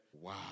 Wow